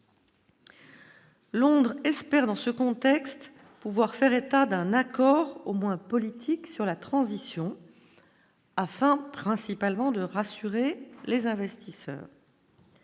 Londres espère dans ce contexte, pouvoir faire état d'un accord au moins politique sur la transition. Afin, principalement, de rassurer les investisseurs.